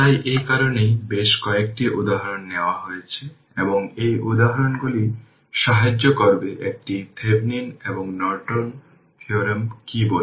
তাই এই কারণেই বেশ কয়েকটি উদাহরণ নেওয়া হয়েছে এবং এই উদাহরণগুলি সাহায্য করবে এটিকে থেভেনিন এবং নর্টন থিওরেম কি বলে